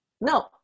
No